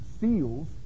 seals